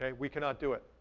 ah we cannot do it.